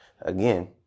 again